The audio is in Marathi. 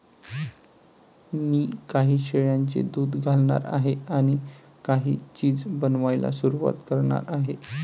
मी काही शेळ्यांचे दूध घालणार आहे आणि काही चीज बनवायला सुरुवात करणार आहे